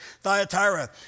Thyatira